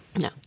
No